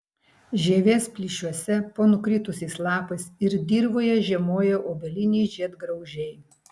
žievės plyšiuose po nukritusiais lapais ir dirvoje žiemoja obeliniai žiedgraužiai